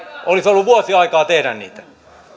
olisi ollut vuosi aikaa tehdä niitä